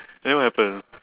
then what happen